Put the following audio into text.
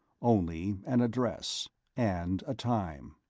only an address and a time.